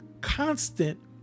constant